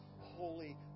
holy